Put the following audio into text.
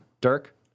Dirk